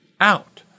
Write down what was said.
out